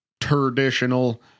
traditional